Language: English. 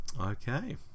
Okay